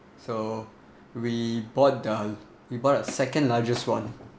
so we bought the we bought the second largest one